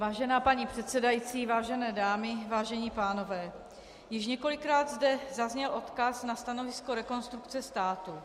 Vážená paní předsedající, vážené dámy, vážení pánové, již několikrát zde zazněl odkaz na stanovisko Rekonstrukce státu.